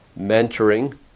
mentoring